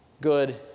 good